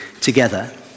together